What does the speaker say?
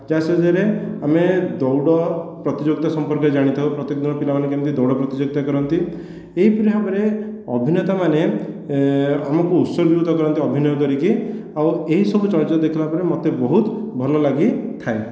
ଯାହା ସାହାଯ୍ୟରେ ଆମେ ଦୌଡ଼ ପ୍ରତିଯୋଗିତା ସମ୍ପର୍କରେ ଜାଣିଥାଉ ପ୍ରତ୍ୟେକ ଦିନ ପିଲାମାନେ କେମିତି ଦୌଡ଼ ପ୍ରତିଯୋଗିତା କରନ୍ତି ଏହିପରି ଭାବରେ ଅଭିନେତାମାନେ ଆମକୁ ଉତ୍ସକୃତ କରନ୍ତି ଅଭିନୟ କରିକି ଆଉ ଏହିସବୁ ଚଳଚିତ୍ର ଦେଖିଲା ପରେ ମୋତେ ବହୁତ ଭଲ ଲାଗିଥାଏ